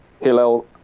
Hillel